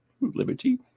liberty